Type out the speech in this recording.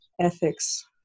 ethics